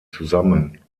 zusammen